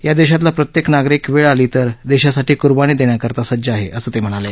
या देशातील प्रत्येक नागरीक वेळ आली तर देशासाठी कुर्बानी देण्याकरीता सज्ज आहे असं ते म्हणाले